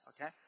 Okay